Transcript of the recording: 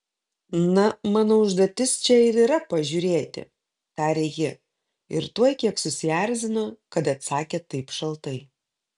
na mano užduotis čia ir yra pažiūrėti tarė ji ir tuoj kiek susierzino kad atsakė taip šaltai